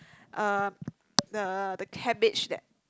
um the the cabbage that